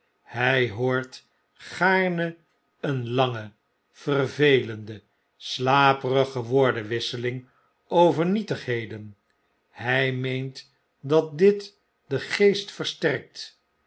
hy hoort gaarne een lange vervelende slaperige woordenwisseling over nietigheden hg meent dat dit den geest versterkt